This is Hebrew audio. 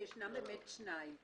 שאכן יש שניים.